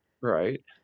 Right